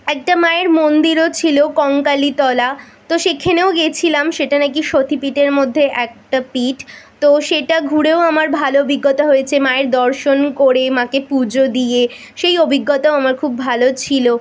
একটা মায়ের মন্দিরও ছিলো কঙ্কালীতলা তো সেখানেও গেছিলাম সেটা নাকি সতীপীঠের মধ্যের একটা পীঠ তো সেটা ঘুরেও আমার ভালো অভিজ্ঞতা হয়েছে মায়ের দর্শন করে মাকে পুজো দিয়ে সেই অভিজ্ঞতাও আমার খুব ভালো ছিলো